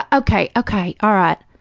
ah okay, okay, all right.